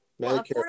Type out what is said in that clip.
Medicare